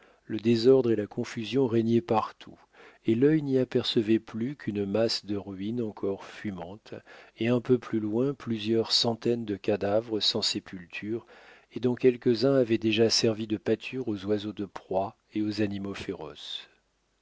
le désordre et la confusion régnaient partout et l'œil n'y apercevait plus qu'une masse de ruines encore fumantes et un peu plus loin plusieurs centaines de cadavres sans sépulture et dont quelques-uns avaient déjà servi de pâture aux oiseaux de proie et aux animaux féroces